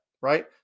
Right